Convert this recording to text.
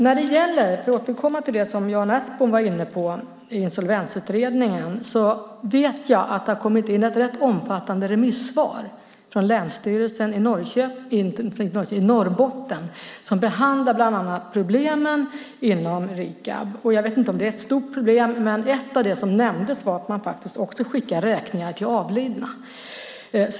För att återkomma till det Jan Ertsborn var inne på, Insolvensutredningen, vet jag att det har kommit in ett rätt omfattande remissvar från Länsstyrelsen i Norrbotten som behandlar bland annat problemen inom Rikab. Jag vet inte om det är ett stort problem, men ett av de problem som nämndes var att man faktiskt också skickar räkningar till avlidna.